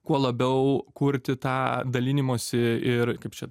kuo labiau kurti tą dalinimosi ir kaip čia